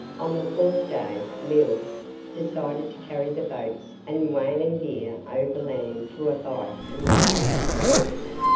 on the fourth day mills decided to carry the boats and whaling gear overland to a bight in the bay to the west.